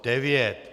9.